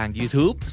YouTube